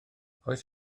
oes